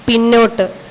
പിന്നോട്ട്